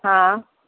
हाँ